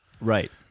Right